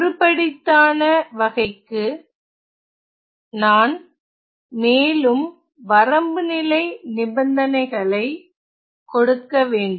ஒருபடித்தான வகைக்கு நான் மேலும் வரம்புநிலைநிபந்தனைகளை கொடுக்க வேண்டும்